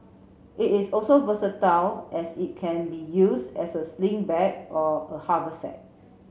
it is also versatile as it can be used as a sling bag or a haversack